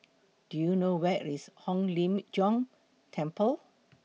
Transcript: Do YOU know Where IS Hong Lim Jiong Temple